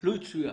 --- לו יצויר,